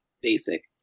basic